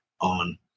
on